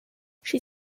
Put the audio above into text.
she